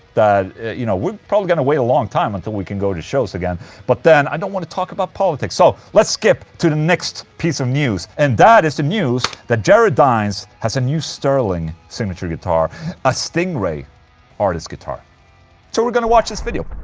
that you know, we're probably going to wait a long time until we can go to shows again but then i don't want to talk about politics, so. let's skip to the next piece of news and that is the news that jared dines has a new sterling signature guitar a stingray artist guitar so we're going to watch his video.